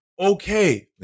Okay